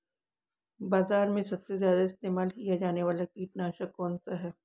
बाज़ार में सबसे ज़्यादा इस्तेमाल किया जाने वाला कीटनाशक कौनसा है?